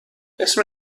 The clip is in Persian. اسم